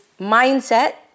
mindset